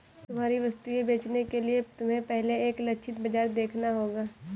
तुम्हारी वस्तुएं बेचने के लिए तुम्हें पहले एक लक्षित बाजार देखना होगा